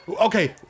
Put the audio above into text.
Okay